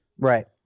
Right